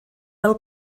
fel